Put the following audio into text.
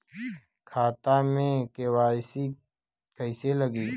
खाता में के.वाइ.सी कइसे लगी?